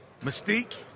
mystique